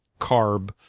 carb